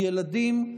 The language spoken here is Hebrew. ילדים,